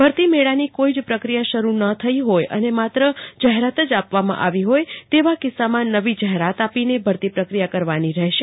ભરતી મેળાની કોઈ જ પ્રક્રિયા શરૂ ન થઈ હોય અને માત્ર જાહેરાત જ આપવામાં આવી હોય તેવા કિસ્સામાં નવી જાહેરાત આપીને ભરતી પ્રક્રિયા કરવાની રહેશે